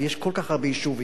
ויש כל כך הרבה יישובים,